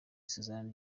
isezerano